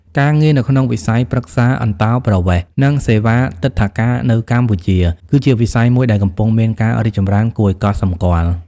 ការងារនៅក្នុងវិស័យប្រឹក្សាអន្តោប្រវេសន៍ និងសេវាទិដ្ឋាការនៅកម្ពុជា គឺជាវិស័យមួយដែលកំពុងមានការរីកចម្រើនគួរឱ្យកត់សម្គាល់។